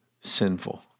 sinful